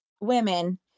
women